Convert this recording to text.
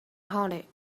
haunted